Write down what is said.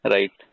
Right